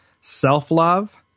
self-love